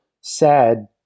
sad